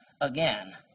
again